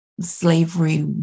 slavery